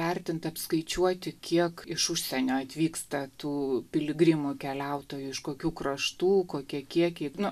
vertint apskaičiuoti kiek iš užsienio atvyksta tų piligrimų keliautojų iš kokių kraštų kokie kiekiai na